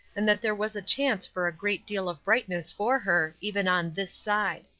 and that there was a chance for a great deal of brightness for her, even on this side.